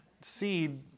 seed